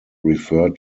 refer